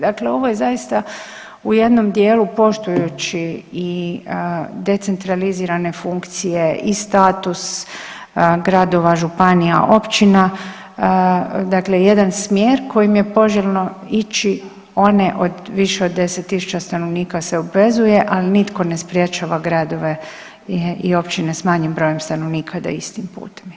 Dakle ovo je zaista u jednom dijelu poštujući i decentralizirane funkcije i status gradova, županija, općina, dakle jedan smjer kojim je poželjno ići one od, više od 10 tisuća stanovnika se obvezuje, ali nitko ne sprječava gradove i općine s manjim brojem stanovnika da istim putem idu.